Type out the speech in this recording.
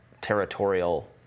territorial